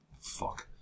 Fuck